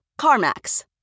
CarMax